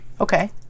Okay